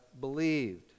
believed